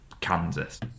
Kansas